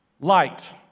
light